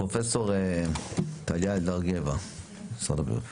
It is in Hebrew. פרופ' טליה אלדר גבע, משרד הבריאות.